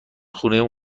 خونه